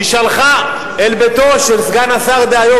היא שלחה אל ביתו של סגן השר דהיום,